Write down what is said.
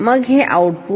मग हे असेल आउटपुट